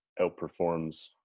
outperforms